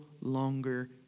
longer